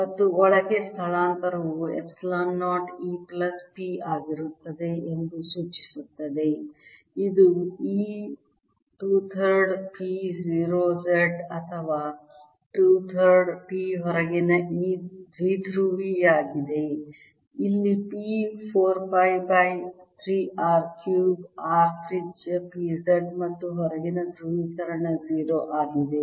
ಮತ್ತು ಒಳಗೆ ಸ್ಥಳಾಂತರವು ಎಪ್ಸಿಲಾನ್ 0 E ಪ್ಲಸ್ P ಆಗಿರುತ್ತದೆ ಎಂದು ಸೂಚಿಸುತ್ತದೆ ಇದು E 2 3 rd P 0 z ಅಥವಾ 2 3rd P ಹೊರಗಿನ E ದ್ವಿಧ್ರುವಿಯಾಗಿದೆ ಇಲ್ಲಿ P 4 pi by 3 R cubed R ತ್ರಿಜ್ಯ P z ಮತ್ತು ಹೊರಗಿನ ಧ್ರುವೀಕರಣ 0 ಆಗಿದೆ